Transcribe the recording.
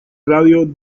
radio